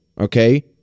okay